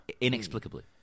Inexplicably